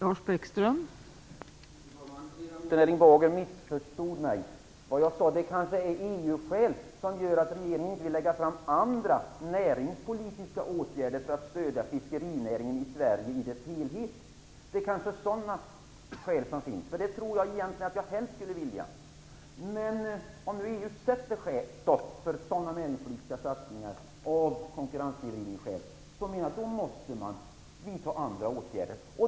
Fru talman! Ledamoten Erling Bager missförstod mig. Vad jag sade var att det kanske är EU-skäl som gör att regeringen inte vill lägga fram förslag till andra näringspolitiska åtgärder för att stödja fiskerinäringen i Sverige i dess helhet. Det kanske finns sådana skäl, och det tror jag att jag egentligen helst skulle vilja. Men om nu EU sätter stopp för sådana näringspolitiska satsningar av konkurrenssnedvridningsskäl, så menar jag att man måste vidta andra åtgärder.